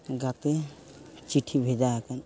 ᱜᱟᱛᱮ ᱪᱤᱴᱷᱤ ᱵᱷᱮᱡᱟ ᱟᱠᱟᱫ